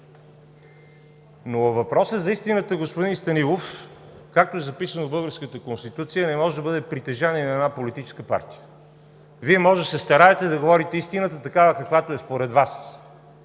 Въпросът за истината, господин Станилов, както е записано в българската Конституция, не може да бъде притежание на една политическа партия. Вие може да се стараете да говорите истината такава, каквато е според Вас,